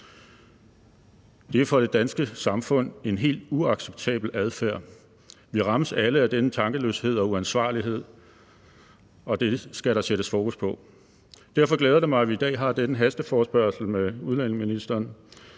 Det er for det danske samfund en helt uacceptabel adfærd. Vi rammes alle af denne tankeløshed og uansvarlighed, og det skal der sættes fokus på. Derfor glæder det mig, at vi i dag har denne hasteforespørgsel med udlændinge-